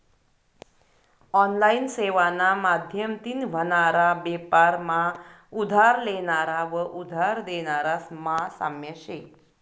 online सेवाना माध्यमतीन व्हनारा बेपार मा उधार लेनारा व उधार देनारास मा साम्य शे